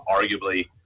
arguably